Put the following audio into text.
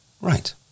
Right